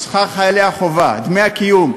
שכר חיילי החובה, דמי הקיום.